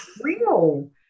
real